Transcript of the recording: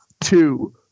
two